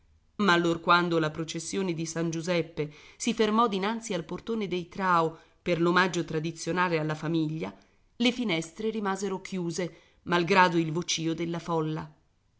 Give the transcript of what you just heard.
ma allorquando la processione di san giuseppe si fermò dinanzi al portone dei trao per l'omaggio tradizionale alla famiglia le finestre rimasero chiuse malgrado il vocìo della folla